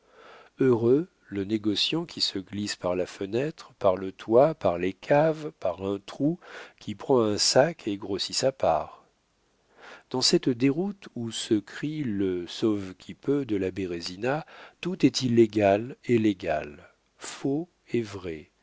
heureux le négociant qui se glisse par la fenêtre par le toit par les caves par un trou qui prend un sac et grossit sa part dans cette déroute où se crie le sauve-qui-peut de la bérésina tout est illégal et légal faux et vrai